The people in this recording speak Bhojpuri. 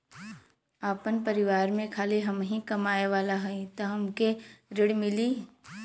आपन परिवार में खाली हमहीं कमाये वाला हई तह हमके ऋण मिली?